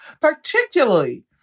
particularly